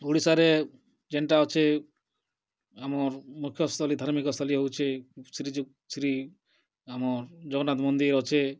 ଓଡ଼ିଶାରେ ଯେନ୍ତା ଅଛି ଆମର୍ ମୁଖ୍ୟସ୍ଥଲୀ ଧାର୍ମିକ ସ୍ଥଲୀ ହେଉଛି ଶ୍ରୀଯୁକ୍ତ ଶ୍ରୀ ଆମର ଜଗନ୍ନାଥ ମନ୍ଦିର ଅଛେ